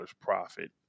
profit